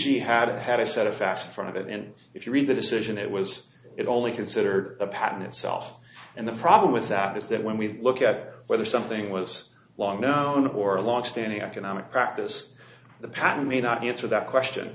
she had had a set of facts in front of it and if you read the decision it was it only considered a pattern itself and the problem with that is that when we look at whether something was long known or long standing economic practice the patent may not answer that question